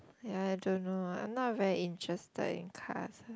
ya I don't know ah I'm not very interested in car